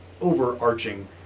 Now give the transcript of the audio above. overarching